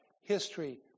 history